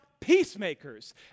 peacemakers